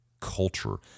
culture